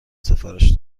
سفارش